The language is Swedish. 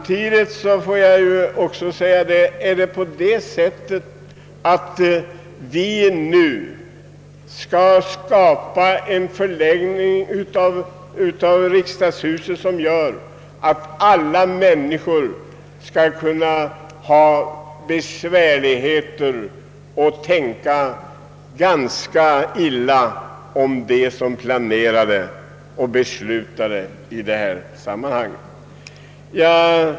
Tydligen skall vi nu förlägga riksdagshuset på ett sådant sätt att alla människor skall få det besvärligt och tänka ganska illa om dem som planerade och beslutade i detta sammanhang.